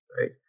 right